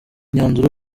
imyanzuro